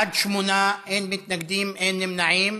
בעד, שמונה, אין מתנגדים, אין נמנעים.